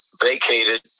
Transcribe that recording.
vacated